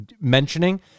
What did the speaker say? mentioning